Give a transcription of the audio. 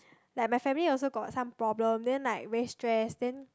like my family also got some problem then like very stress